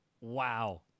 Wow